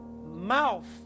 mouth